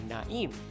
Na'im